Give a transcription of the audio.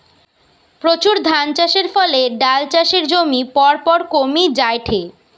প্রচুর ধানচাষের ফলে ডাল চাষের জমি পরপর কমি জায়ঠে